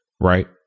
Right